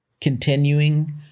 continuing